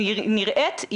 היא נראית,